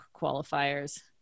qualifiers